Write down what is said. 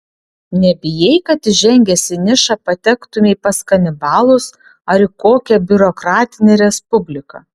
nebijai kad įžengęs į nišą patektumei pas kanibalus ar į kokią biurokratinę respubliką